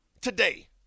today